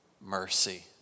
mercy